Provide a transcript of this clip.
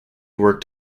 worked